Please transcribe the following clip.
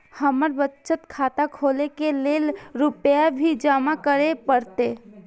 हमर बचत खाता खोले के लेल रूपया भी जमा करे परते?